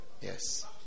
yes